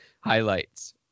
highlights